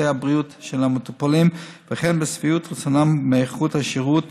הבריאות של המטופלים והן בשביעות רצונם מאיכות השירות,